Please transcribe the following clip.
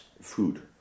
Food